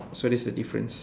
so that's the difference